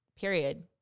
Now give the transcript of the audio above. period